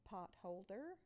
Potholder